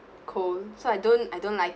cold so I don't I don't like